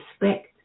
respect